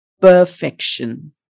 perfection